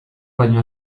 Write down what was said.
baino